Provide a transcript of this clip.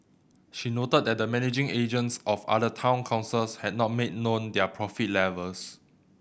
she noted that the managing agents of other town councils had not made known their profit levels